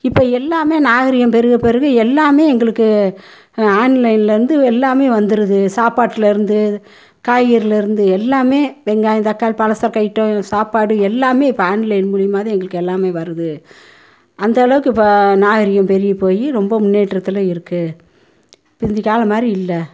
இப்போ எல்லாமே நாகரீகம் பெறுக பெறுக எல்லாமே எங்களுக்கு ஆன்லைன்லருந்து எல்லாமே வந்துருது சாப்பாட்டிலருந்து காய்கறிலருந்து எல்லாமே வெங்காயம் தக்காளி பலசரக்கு ஐட்டம் சாப்பாடு எல்லாமே இப்போ ஆன்லைன் மூலியமாகதான் எங்களுக்கு எல்லாமே வருது அந்த அளவுக்கு இப்போ நாகரீகம் பெறுகி போய் ரொம்ப முன்னேற்றத்தில் இருக்கு பிந்தி காலம் மாரி இல்லை